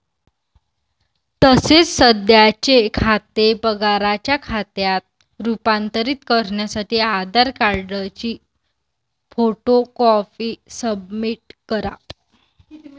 तसेच सध्याचे खाते पगाराच्या खात्यात रूपांतरित करण्यासाठी आधार कार्डची फोटो कॉपी सबमिट करा